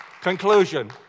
Conclusion